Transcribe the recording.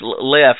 left